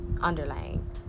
underlying